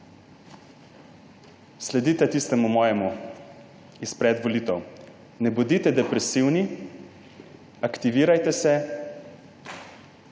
sledite tistemu mojemu izpred volitev, ne bodite depresivni, aktivirajte se,